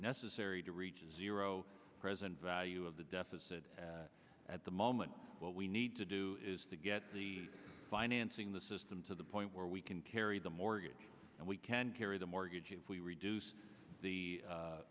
necessary to reach a zero present value of the deficit at the moment what we need to do is to get the financing the system to the point where we can carry the mortgage and we can carry the mortgage if we reduce the